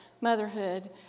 motherhood